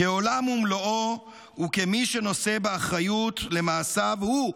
כעולם ומלואו וכמי שנושא באחריות למעשיו הוא,